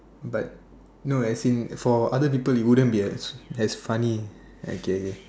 but no as in for other people it wouldn't be as as funny okay okay